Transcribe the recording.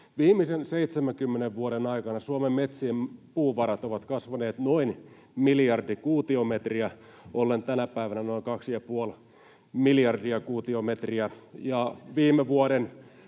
viimeisen 70 vuoden aikana Suomen metsien puuvarat ovat kasvaneet noin miljardi kuutiometriä ollen tänä päivänä noin 2,5 miljardia kuutiometriä,